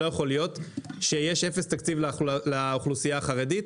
לא יכול להיות שיש אפס תקציב לאוכלוסייה החרדית,